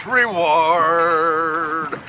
reward